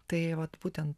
tai vat būtent